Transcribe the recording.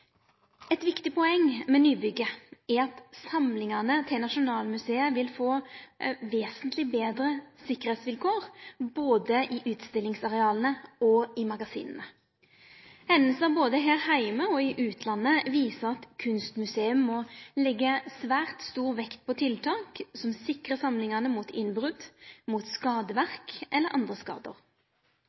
Eit viktig poeng med nybygget er at samlingane til Nasjonalmuseet vil få vesentleg betre tryggingsvilkår både i utstillingsareala og i magasina. Hendingar både her heime og i utlandet viser at eit kunstmuseum må leggje svært stor vekt på tiltak som sikrar samlingane mot innbrot, skadeverk eller andre skadar.